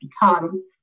become